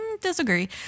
disagree